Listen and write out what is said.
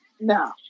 no